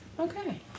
Okay